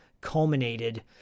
culminated